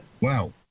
Wow